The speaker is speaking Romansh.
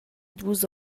dus